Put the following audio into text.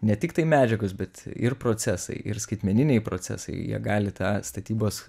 ne tiktai medžiagos bet ir procesai ir skaitmeniniai procesai jie gali tą statybos